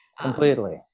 Completely